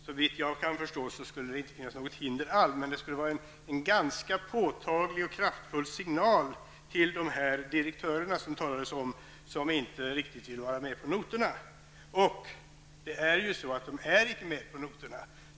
Såvitt jag kan förstå kan det inte finnas något hinder alls, men det skulle vara en ganska påtaglig och kraftig signal till de direktörer som det talades om som inte riktigt vill vara med på noterna. Det är ju så, att dessa direktörer inte är med på noterna.